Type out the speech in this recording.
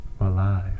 Alive